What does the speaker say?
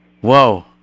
Whoa